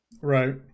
Right